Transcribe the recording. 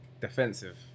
defensive